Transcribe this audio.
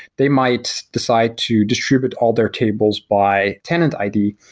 they might decide to distribute all their tables by tenant id,